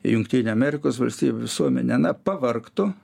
jungtinių amerikos valstijų visuomenę na pavargtų